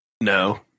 No